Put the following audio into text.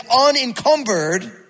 unencumbered